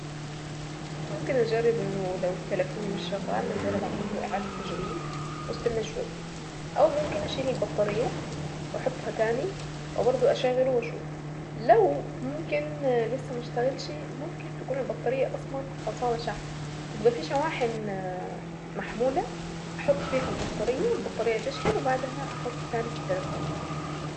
ممكن نجرب انه لو التلفون مش شغال اجرب اعمل له اعادة تشغيل واستنى شوية او ممكن اشيل البطارية واحطها تاني وبرضو اشغله واشوف لو ممكن اه لسه ما اشتغلش ممكن تكون البطارية اصلا فصلت شحن بتبقى فيه شواحن محمولة نحط البطارية والبطارية تشحن وبعدها احطه تاني في التلفون.